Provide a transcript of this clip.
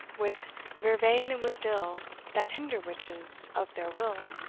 with vervain and with dill, that hinder witches of their will,